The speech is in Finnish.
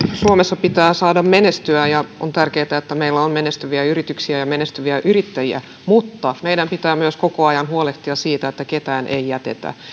suomessa pitää saada menestyä ja on tärkeää että meillä on menestyviä yrityksiä ja menestyviä yrittäjiä mutta meidän pitää koko ajan myös huolehtia siitä että ketään ei jätetä